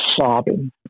sobbing